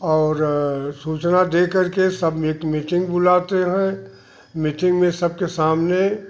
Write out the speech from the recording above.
और सूचना देकर के सब एक मीटिंग बुलाते हैं मीटिंग में सबके सामने